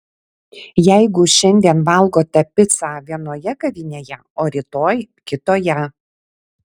jeigu šiandien valgote picą vienoje kavinėje o rytoj kitoje